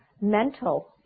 mental